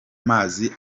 mazi